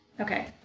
Okay